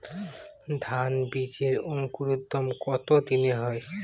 ধান বীজের অঙ্কুরোদগম কত দিনে হয়?